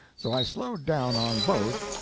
so i slowed down on both,